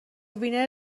وینر